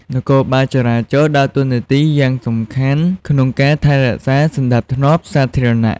នគរបាលចរាចរណ៍ដើរតួនាទីយ៉ាងសំខាន់ក្នុងការថែរក្សាសណ្តាប់ធ្នាប់សាធារណៈ។